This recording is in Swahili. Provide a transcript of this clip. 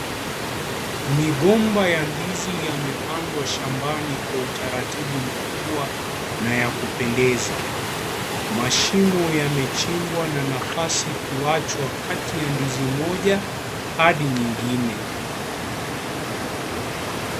Migomba ya ndizi yamepandwa shambani kwa utaratibu mkubwa na ya kupendeza, mashimo yamechimbwa na nafasi kuachwa kati ya ndizi moja adi nyingine.